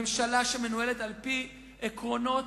ממשלה שמנוהלת על-פי עקרונות,